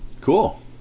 Cool